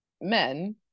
men